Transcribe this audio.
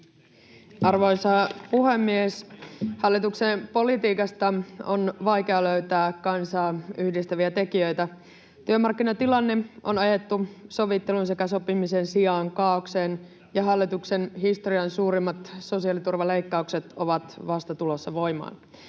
Arvoisa puhemies! Hallituksen politiikasta on vaikea löytää kansaa yhdistäviä tekijöitä. Työmarkkinatilanne on ajettu sovittelun sekä sopimisen sijaan kaaokseen, ja hallituksen historian suurimmat sosiaaliturvaleikkaukset ovat vasta tulossa voimaan.